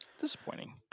disappointing